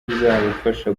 bizabafasha